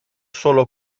solo